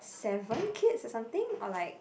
seven kids or something or like